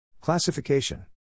Classification